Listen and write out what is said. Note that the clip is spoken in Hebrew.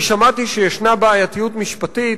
אני שמעתי שישנה בעייתיות משפטית,